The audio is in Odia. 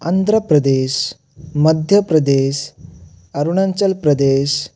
ଆନ୍ଧ୍ରପ୍ରଦେଶ ମଧ୍ୟପ୍ରଦେଶ ଅରୁଣାଞ୍ଚଳ ପ୍ରଦେଶ